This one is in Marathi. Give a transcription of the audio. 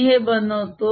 मी हे बनवतो